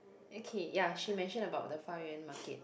okay ya she mention about the Fa Yuan market